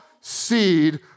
seed